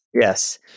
Yes